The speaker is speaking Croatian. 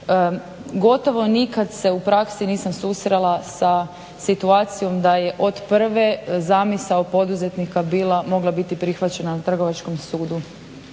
Gotovo nikad se u praksi nisam susrela sa situacijom da je od prve zamisao poduzetnika mogla biti prihvaćena na trgovačkom sudu